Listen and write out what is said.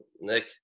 Nick